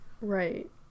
Right